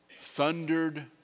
thundered